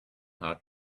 hard